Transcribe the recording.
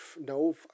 no